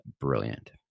brilliant